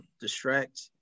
distract